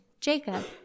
Jacob